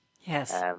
Yes